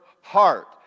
heart